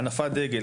הנפת דגל,